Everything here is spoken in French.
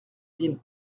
mille